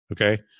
okay